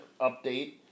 update